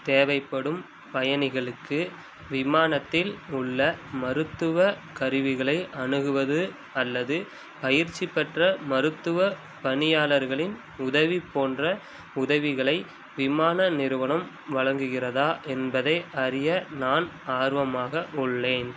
தேவைப்படும் பயணிகளுக்கு விமானத்தில் உள்ள மருத்துவ கருவிகளை அணுகுவது அல்லது பயிற்சி பெற்ற மருத்துவ பணியாளர்களின் உதவி போன்ற உதவிகளை விமான நிறுவனம் வழங்குகிறதா என்பதை அறிய நான் ஆர்வமாக உள்ளேன்